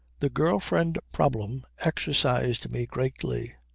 the girl-friend problem exercised me greatly.